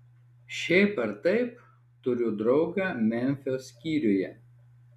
šiaip ar taip turiu draugą memfio skyriuje